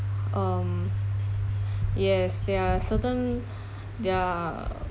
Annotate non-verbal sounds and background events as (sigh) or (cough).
um yes there are certain there are (noise)